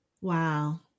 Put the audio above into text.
wow